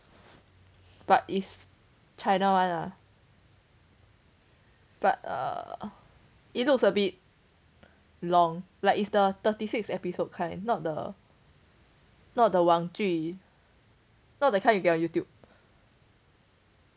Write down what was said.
but is china one lah but err it looks a bit long like it's the thirty sixth episode kind not the not the 网剧 not that kind you get on youtube [one]